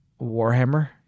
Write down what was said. Warhammer